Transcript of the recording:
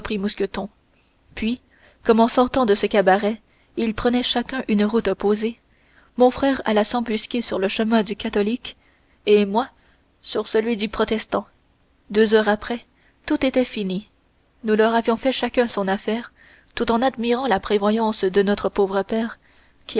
mousqueton puis comme en sortant de ce cabaret ils prenaient chacun une route opposée mon frère alla s'embusquer sur le chemin du catholique et moi sur celui du protestant deux heures après tout était fini nous leur avions fait à chacun son affaire tout en admirant la prévoyance de notre pauvre père